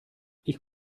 ich